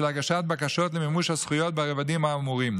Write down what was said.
בשל הגשת בקשות למימוש הזכויות ברבדים האמורים,